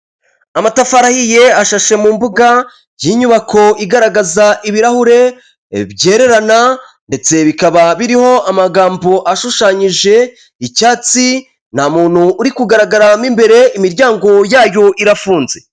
Amatafarihiye ashashe mu mbuga y'inyubako igaragaza ibirahure byererana, ndetse bikaba birimo amagambo ashushanyije icyats,i nta muntu uri kugaragara mo imbere imiryango yayo irafunze.